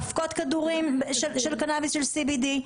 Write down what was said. אבקות כדורים של קנאביס של CBD,